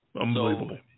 unbelievable